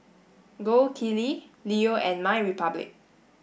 Gold Kili Leo and MyRepublic